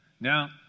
Now